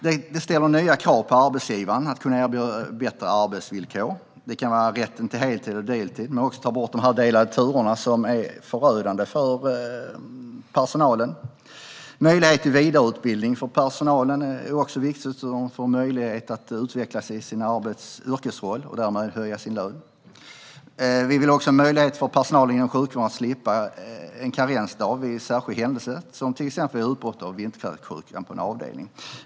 Det ställer nya krav på arbetsgivaren att kunna erbjuda bättre arbetsvillkor. Det kan vara rätten till heltid eller deltid. Men det handlar också om att ta bort de delade turer som är förödande för personalen. Möjlighet till vidareutbildning för personalen är också viktigt så att den får möjlighet att utvecklas i sin yrkesroll och därmed höja sin lön. Vi vill också ha möjlighet för personalen inom sjukvården att slippa en karensdag vid särskilda händelser, som till exempel vid utbrott av vinterkräksjuka på en avdelning.